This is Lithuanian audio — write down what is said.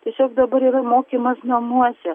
tiesiog dabar ir mokymas namuose